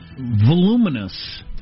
voluminous